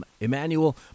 Emmanuel